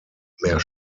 mehr